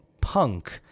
punk